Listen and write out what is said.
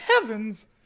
heavens